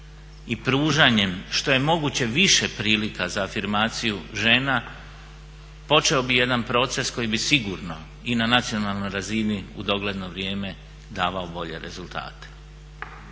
i pružanjem što je moguće više prilika za afirmaciju žena počeo bi jedan proces koji bi sigurno i na nacionalnoj razini u dogledno vrijeme davao bolje rezultate.